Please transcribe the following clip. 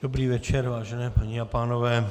Dobrý večer, vážené paní a pánové.